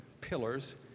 pillars